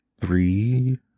Three